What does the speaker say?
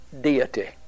deity